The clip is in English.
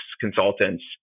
consultants